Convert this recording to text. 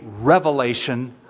revelation